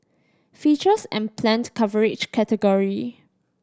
features and planned coverage category